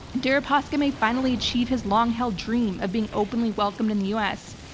deripaska may finally achieve his long held dream of being openly welcomed in the u. s.